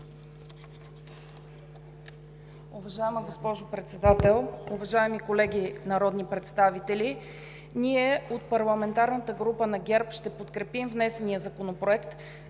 Уважаема госпожо Председател, уважаеми колеги народни представители! Ние от парламентарната група на ГЕРБ ще подкрепим внесения законопроект,